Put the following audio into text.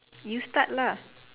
you start lah